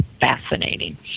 fascinating